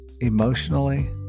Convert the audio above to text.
emotionally